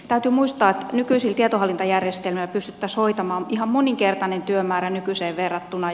täytyy muistaa nykyisin tietohallintajärjestelmä pysty soittamaan ihan moninkertainen työmäärä nykyiseen verrattuna